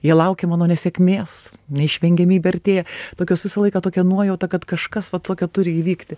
jie laukia mano nesėkmės neišvengiamybė artėja tokios visą laiką tokia nuojauta kad kažkas va tokio turi įvykti